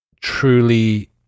truly